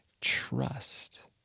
trust